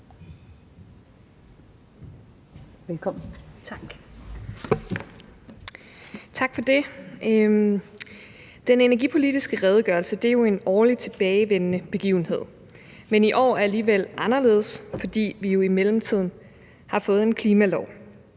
Paulin (S): Tak for det. Den energipolitiske redegørelse er jo en årlig tilbagevendende begivenhed. Men i år er det alligevel anderledes, fordi vi jo i mellemtiden har fået en klimalov.